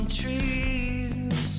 trees